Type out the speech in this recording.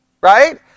right